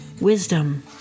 wisdom